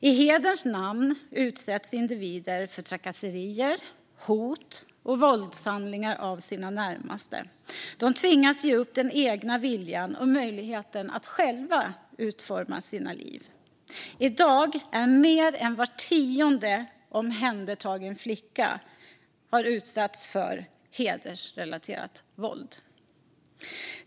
I hederns namn utsätts individer för trakasserier, hot och våldshandlingar av sina närmaste. De tvingas ge upp den egna viljan och möjligheten att själva forma sitt liv. I dag har mer än var tionde omhändertagen flicka utsatts för hedersrelaterat våld.